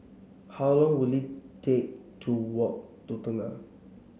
how long will it take to walk to Tengah